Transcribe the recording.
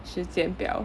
时间表